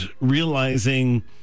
realizing